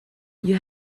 you